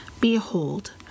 Behold